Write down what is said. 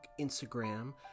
Instagram